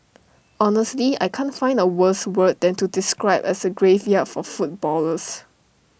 honestly I can't find A worse word than to describe as A graveyard for footballers